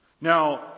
Now